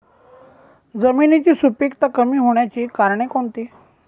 जमिनीची सुपिकता कमी होण्याची कारणे कोणती?